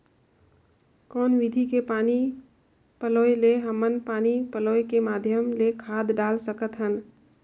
कौन विधि के पानी पलोय ले हमन पानी पलोय के माध्यम ले खाद डाल सकत हन?